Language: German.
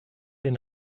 den